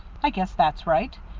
i guess that's right.